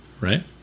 Right